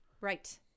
Right